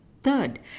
Third